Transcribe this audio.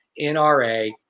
nra